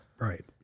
right